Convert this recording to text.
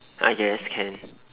I guess can